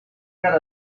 got